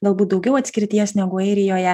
galbūt daugiau atskirties negu airijoje